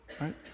right